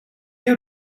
you